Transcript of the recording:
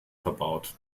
verbaut